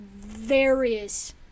various